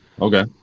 okay